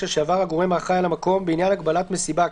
שעבר הגורם האחראי על המקום בעניין הגבלת מסיבה,